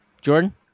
Jordan